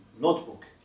notebook